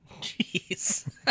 Jeez